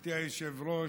גברתי היושבת-ראש,